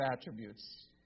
attributes